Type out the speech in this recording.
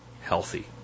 healthy